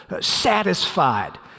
satisfied